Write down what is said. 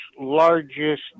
largest